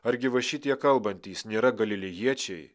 argi va šitie kalbantys nėra galilėjiečiai